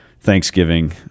Thanksgiving